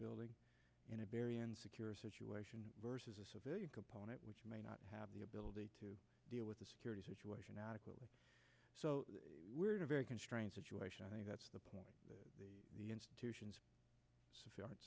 building in a very insecure situation versus a civilian component which may not have the ability to deal with the security situation adequately so we're in a very constrained situation i think that's the point that the the institutions s